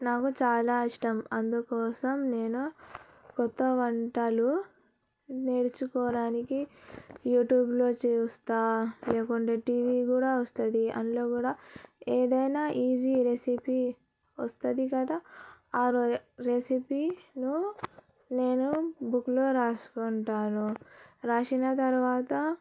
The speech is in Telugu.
నాకు చాలా ఇష్టం అందుకోసం నేను కొత్త వంటలు నేర్చుకోవడానికి యూట్యూబ్లో చూస్తా లేకుంటే టీవీ కూడా వస్తుంది అందులో కూడా ఏదైనా ఈజీ రెసిపీ వస్తుంది కదా ఆ రె రెసిపీలో నేను బుక్లో రాసుకుంటాను రాసిన తర్వాత